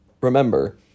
Remember